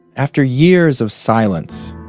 after years of silence,